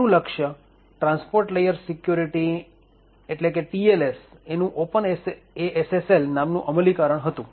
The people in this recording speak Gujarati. તેનું લક્ષ ટ્રાન્સપોર્ટ લેયર સિક્યુરિટી નું ઓપન SSL નામનું અમલીકરણ હતું